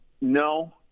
no